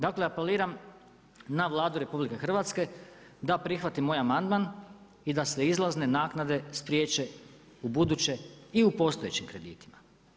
Dakle, apeliram, na Vladu RH, da prihvati moj amandman i da se izlazne naknade spriječe u buduće i u postojećim kredima.